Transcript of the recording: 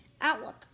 Outlook